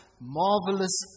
marvelous